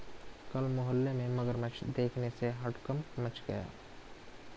कल मोहल्ले में मगरमच्छ देखने से हड़कंप मच गया